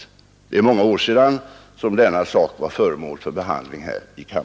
Det är många år sedan denna sak var föremål för behandling i riksdagen.